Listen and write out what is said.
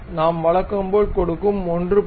நாம் வழக்கம் போல் கொடுக்கும் 1